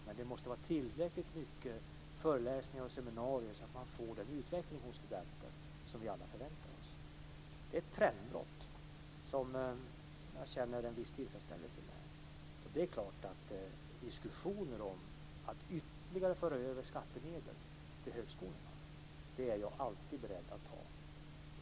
Men det måste vara tillräckligt mycket föreläsningar och seminarier så att studenterna får den utveckling som vi alla förväntar oss. Det här är ett trendbrott som jag känner en viss tillfredsställelse med. Det är klart att diskussioner om att föra över ytterligare skattemedel till högskolorna är jag alltid beredd att ta.